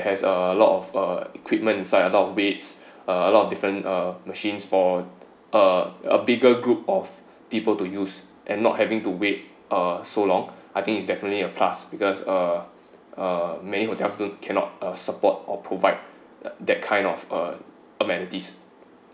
there's a lot of uh equipment inside a lot of weights a lot of different uh machines for uh uh bigger group of people to use and not having to wait uh so long I think it's definitely a plus because uh uh many hotels don't cannot support or provide that kind of uh amenities